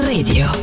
Radio